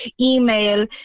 email